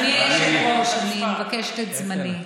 היושב-ראש, אני מבקשת את זמני.